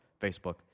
Facebook